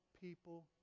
people